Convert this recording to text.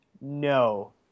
no